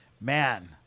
Man